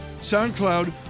SoundCloud